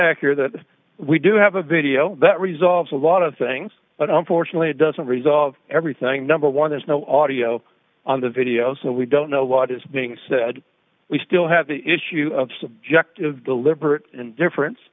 accurate that we do have a video that resolves a lot of things but unfortunately it doesn't resolve everything number one there's no audiotape on the video so we don't know what is being said we still have the issue of subjective deliberate indifference